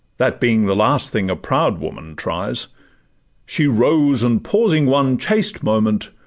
that being the last thing a proud woman tries she rose, and pausing one chaste moment,